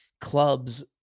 clubs